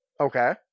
Okay